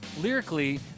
lyrically